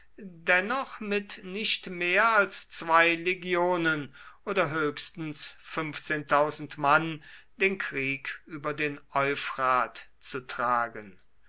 dennoch mit nicht mehr als zwei legionen oder höchstens mann den krieg über den euphrat zu tragen